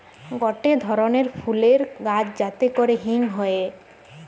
গটে ধরণের ফুলের গাছ যাতে করে হিং হয়ে